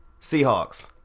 Seahawks